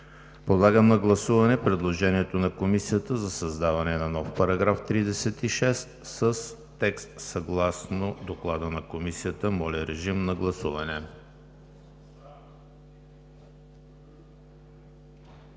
Подлагам на гласуване предложението на Комисията за създаване на нов § 36 с текст съгласно Доклада на Комисията. Гласували